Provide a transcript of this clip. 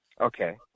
Okay